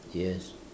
yes